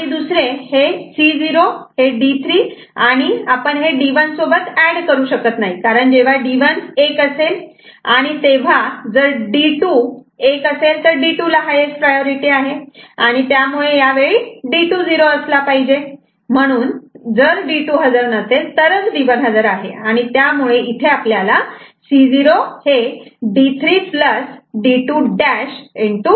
आणि दुसरे C0 D3 आणि आपण हे D1 सोबत ऍड करू शकत नाही कारण जेव्हा D1 1 हा असेल आणि तेव्हा जर D2 1 असेल तर D2 ला हायेस्ट प्रायोरिटी आहे आणि त्यामुळे यावेळी D2 0 असला पाहिजे आणि म्हणून जर D2 हजर नसेल तरच D1 हजर आहे आणि त्यामुळे C0 D3 D2'